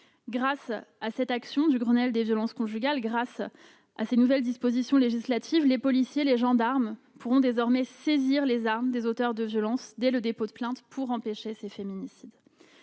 Grâce à cette action du Grenelle des violences conjugales, grâce à ces nouvelles dispositions législatives, les policiers, les gendarmes pourront désormais saisir les armes des auteurs de violences dès le dépôt de plainte pour empêcher les féminicides.